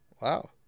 wow